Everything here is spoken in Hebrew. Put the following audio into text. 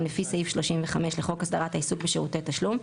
לפי סעיף 35 לחוק הסדרת העיסוק בשירותי תשלום,